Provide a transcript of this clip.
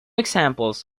examples